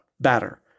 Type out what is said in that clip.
batter